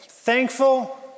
Thankful